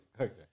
Okay